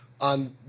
on